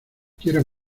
quiero